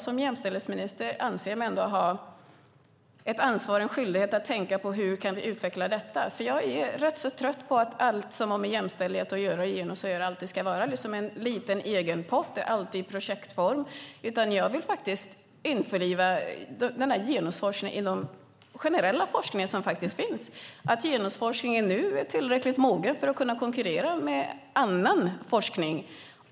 Som jämställdhetsminister anser jag mig ha ansvar och skyldighet att tänka på hur vi kan utveckla detta. Jag är trött på att allt som har med jämställdhet och genus att göra alltid ska ha en liten egen pott och alltid ska ske i projektform. Jag vill införliva genusforskningen i den generella forskningen. Genusforskningen är nu mogen att konkurrera med annan forskning.